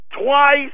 Twice